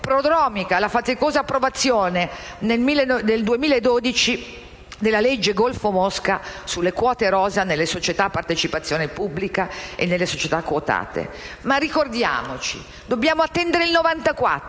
alla faticosa approvazione, nel 2012, della legge Golfo-Mosca, sulle quote rosa nelle società a partecipazione pubblica e nelle società quotate. Ricordo che dobbiamo attendere il 1994